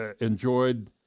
enjoyed